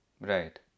Right